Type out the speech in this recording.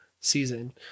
season